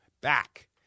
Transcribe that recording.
back